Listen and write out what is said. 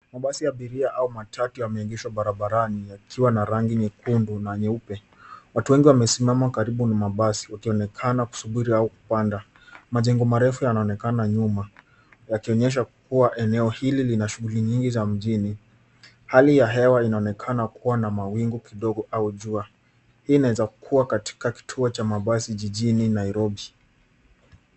Mabasi ya abiria au matatu yameegeshwa barabarani yakiwa na rangi nyekundu na nyeupe. Watu wengi wamesimama karibu na mabasi wakionekana kusubiri au kupanda. Majengo marefu yanaonekana nyuma yakionyesha kuwa eneo hili lina shughuli nyingi za mjini. Hali ya hewa inaonekana kuwa na mawaingu kidogo au jua. Hii inaweza kuwa katika kituo cha mabasi jijini Nairobi.